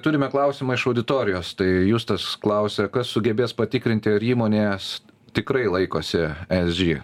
turime klausimą iš auditorijos tai justas klausia kas sugebės patikrinti ar įmonės tikrai laikosi esg